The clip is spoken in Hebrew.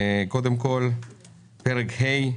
פרק ה',